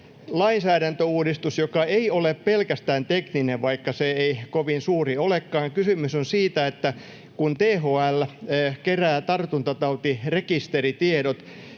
lainsäädäntöuudistus, joka ei ole pelkästään tekninen, vaikka se ei kovin suuri olekaan. Kysymys on siitä, että kun THL kerää tartuntatautirekisteritiedot